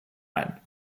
ein